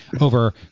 over